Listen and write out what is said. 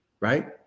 right